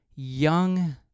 young